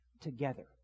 Together